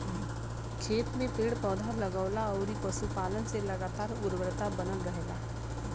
खेत में पेड़ पौधा, लगवला अउरी पशुपालन से लगातार उर्वरता बनल रहेला